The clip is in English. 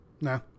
no